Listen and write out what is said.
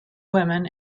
women